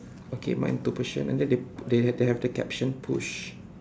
okay mine two person and then they they they have the caption push